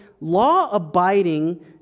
law-abiding